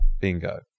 Bingo